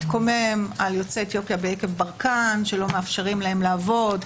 מתקומם על יוצאי אתיופיה ביקב ברקן שלא מאפשרים להם לעבוד,